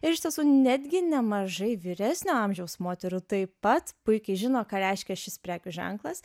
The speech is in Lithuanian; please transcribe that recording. ir iš tiesų netgi nemažai vyresnio amžiaus moterų taip pat puikiai žino ką reiškia šis prekių ženklas